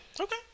Okay